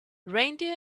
reindeer